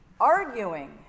arguing